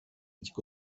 dziko